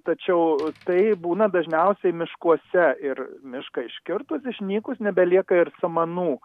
tačiau taip būna dažniausiai miškuose ir mišką iškirtus išnykus nebelieka ir samanų